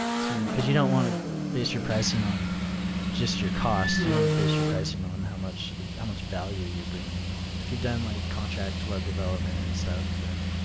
because you don't want to base your pricing on just your cost. you want to base your pricing on how much how much value you're brining. if you've done like contract web development and stuff, then,